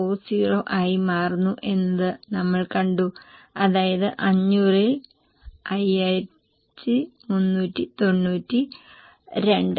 7840 ആയി മാറുന്നു എന്നത് നമ്മൾ കണ്ടു അതായത് 500 ൽ 5 392